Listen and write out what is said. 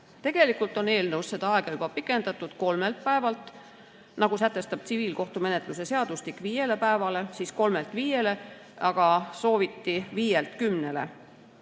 Tegelikult on eelnõus seda aega juba pikendatud kolmelt päevalt, nagu sätestab tsiviilkohtumenetluse seadustik, viiele päevale, aga sooviti viielt kümnele.